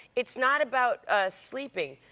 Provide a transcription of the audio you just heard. it is not about ah sleeping.